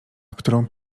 którą